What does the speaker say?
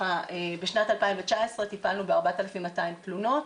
בשנת 2019 טיפלנו ב-4,200 תלונות.